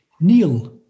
Neil